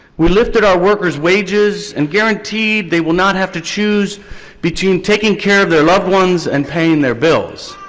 we lifted our workers' wages and guaranteed they will not have to choose between taking care of their loved ones and paying their bills.